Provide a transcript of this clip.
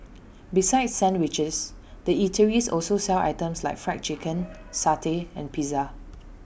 besides sandwiches the eateries also sell items like Fried Chicken satay and pizza